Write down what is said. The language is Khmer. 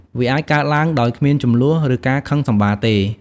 វាអាចកើតឡើងដោយគ្មានជម្លោះ ឬការខឹងសម្បារទេ។